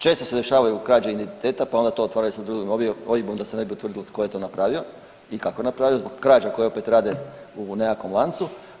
Često se dešavaju krađe identiteta pa onda to otvaraju sa drugim OIB-om da se ne bi utvrdilo tko je to napravio i kako je to napravio zbog krađa koje opet rade u nekakvom lancu.